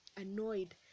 annoyed